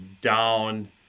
down